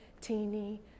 teeny